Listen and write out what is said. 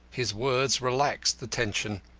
his words relaxed the tension.